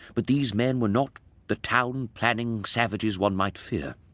but these men were not the town-planning savages one might fear.